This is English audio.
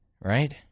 right